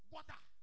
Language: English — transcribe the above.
Water